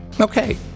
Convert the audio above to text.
Okay